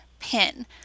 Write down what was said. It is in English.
pin